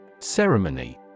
Ceremony